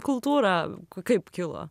kultūrą k kaip kilo